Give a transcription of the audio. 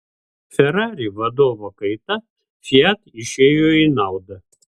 ferrari vadovo kaita fiat išėjo į naudą